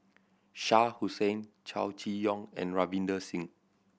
Shah Hussain Chow Chee Yong and Ravinder Singh